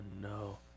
no